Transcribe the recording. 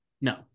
No